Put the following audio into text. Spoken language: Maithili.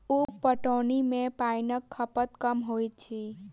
उप पटौनी मे पाइनक खपत कम होइत अछि